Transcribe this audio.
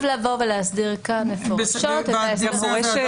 לבוא ולהסדיר כאן מפורשות את ההסדר.